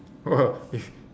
if